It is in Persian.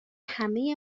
همه